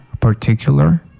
particular